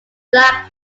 black